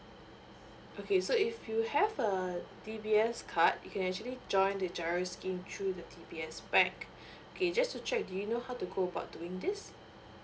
okay so if you have uh D_B_S card you can actually join the giro scheme through the D_B_S back okay just to check do you know how to go about doing this